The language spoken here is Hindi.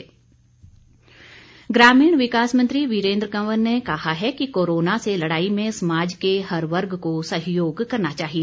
वीरेन्द्र सैजल ग्रामीण विकास मंत्री वीरेंद्र कंवर ने कहा है कि कोरोना से लड़ाई में समाज के हर वर्ग को सहयोग करना चाहिए